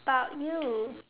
about you